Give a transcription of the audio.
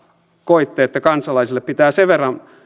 koitte että kansalaisille pitää sen verran